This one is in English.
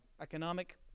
economic